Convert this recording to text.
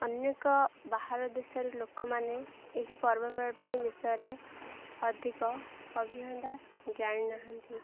ଅନେକ ବାହାର ଦେଶରେ ଲୋକମାନେ ଏହି ପର୍ବପର୍ବାଣି ବିଷୟରେ ଅଧିକ ଅଭିଜ୍ଞତା ଜାଣିନାହାନ୍ତି